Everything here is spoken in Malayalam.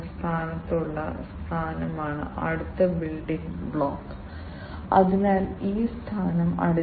അതിനാൽ സ്മാർട്ട് സെൻസറുകളിൽ ഉൾപ്പെട്ടിരിക്കുന്ന കോൺഫിഗറേഷനുകൾ ഒരു മൾട്ടി പാരാമീറ്റർ സെൻസിംഗ് യൂണിറ്റ് സാധ്യമാണ്